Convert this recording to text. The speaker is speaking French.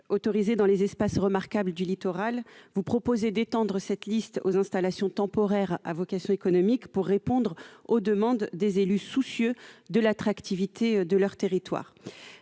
autorisés dans les espaces remarquables du littoral. Vous proposez d'étendre cette liste aux installations temporaires à vocation économique, pour répondre aux demandes des élus soucieux de l'attractivité de leur territoire.